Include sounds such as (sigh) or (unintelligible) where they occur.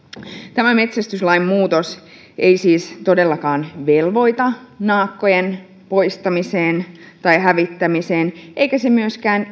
tämä metsästyslain muutos ei siis todellakaan velvoita naakkojen poistamiseen tai hävittämiseen eikä se myöskään (unintelligible)